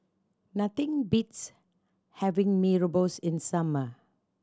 nothing beats having Mee Rebus in summer